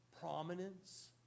prominence